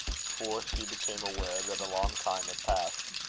for she became aware that a long time had passed.